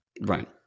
Right